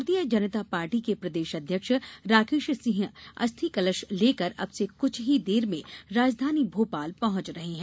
भारतीय जनता पार्टी के प्रदेश अध्यक्ष राकेश सिंह अस्थि कलश लेकर अब से कुछ ही देर में राजघानी भोपाल पहुंच रहे हैं